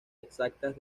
exactas